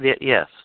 Yes